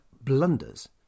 blunders